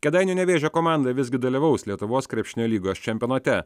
kėdainių nevėžio komanda visgi dalyvaus lietuvos krepšinio lygos čempionate